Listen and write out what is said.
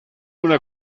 una